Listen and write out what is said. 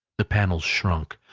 the panels shrunk,